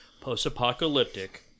post-apocalyptic